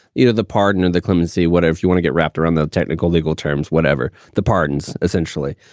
you know the pardon or the clemency, whatever, you wanna get wrapped around the technical legal terms, whatever the pardons, essentially,